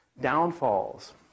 downfalls